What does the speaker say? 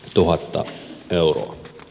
tuhatta euroa